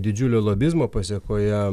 didžiulio lobizmo pasėkoje